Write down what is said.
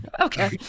okay